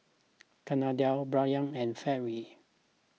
Kennedi Brion and Fairy